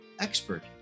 expert